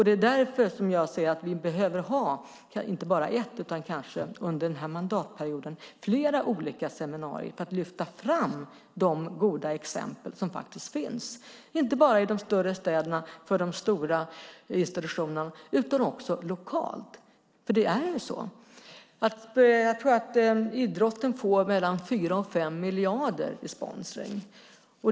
Det är därför jag säger att vi under mandatperioden behöver ha inte bara ett utan kanske flera olika seminarier för att lyfta fram de goda exempel som faktiskt finns, inte bara i de större städerna för de stora institutionerna utan också lokalt. Idrotten får mellan 4 och 5 miljarder i sponsring.